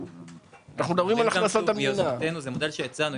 זה מודל שהצענו,